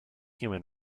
human